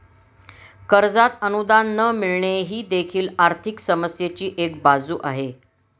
कर्जात अनुदान न मिळणे ही देखील आर्थिक समस्येची एक बाजू आहे